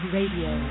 Radio